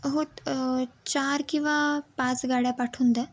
हो चार किंवा पाच गाड्या पाठवून द्या